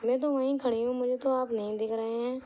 میں تو وہیں کھڑی ہوں مجھے تو آپ نہیں دکھ رہے ہیں